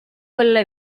கொள்ள